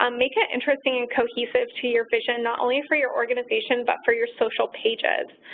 um make it interesting and cohesive to your vision. not only for your organization, but for your social pages.